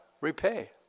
repay